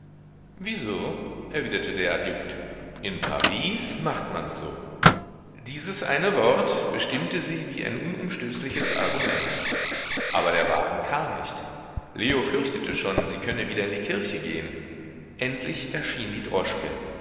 wieso erwiderte der adjunkt in paris macht mans so dieses eine wort bestimmte sie wie ein unumstößliches argument aber der wagen kam nicht leo fürchtete schon sie könne wieder in die kirche gehen endlich erschien die droschke